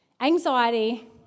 anxiety